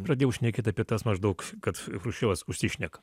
pradėjau šnekėt apie tas maždaug kad chruščiovas užsišneka